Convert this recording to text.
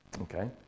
okay